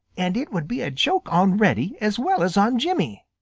and it would be a joke on reddy as well as on jimmy,